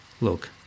Look